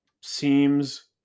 seems